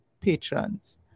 patrons